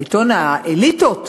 עיתון האליטות.